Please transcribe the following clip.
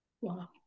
Wow